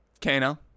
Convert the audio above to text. Kano